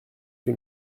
que